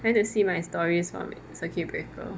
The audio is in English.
want to see my stories from circuit breaker